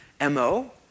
MO